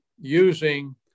using